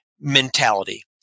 mentality